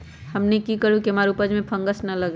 हमनी की करू की हमार उपज में फंगस ना लगे?